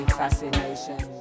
fascination